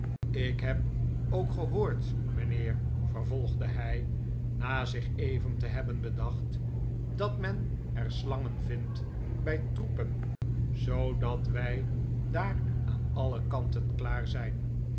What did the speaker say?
ik heb ook gehoord mijnheer vervolgde hij na zich even te hebben bedacht dat men er slangen vindt bij troepen zoodat wij daar aan alle kanten klaar zijn